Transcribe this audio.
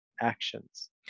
actions